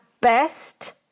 best